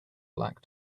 black